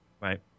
Right